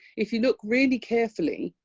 if you look really carefully,